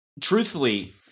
Truthfully